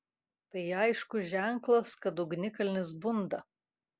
tai aiškus ženklas kad ugnikalnis bunda